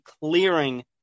clearing